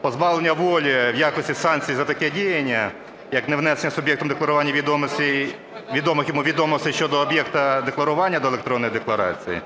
позбавлення волі в якості санкцій за таке діяння, як невнесення суб'єктом декларування відомих йому відомостей щодо об'єкта декларування до електронної декларації,